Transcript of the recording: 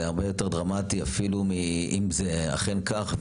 זה הרבה יותר דרמטי אפילו מאם זה אכן כך,